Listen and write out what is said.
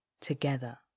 together